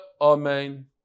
Amen